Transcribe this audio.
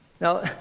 Now